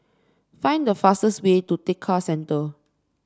find the fastest way to Tekka Centre